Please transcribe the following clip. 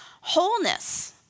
Wholeness